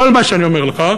כל מה שאני אומר לך,